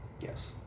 Yes